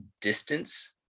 distance